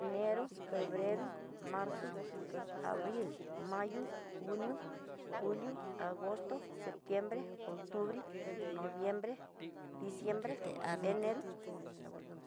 Enero, febrero, merzo, abril, mayo, junio, julio, agosto, septiembre, octubre, noviembre, diciembre, enero, ya volvimos.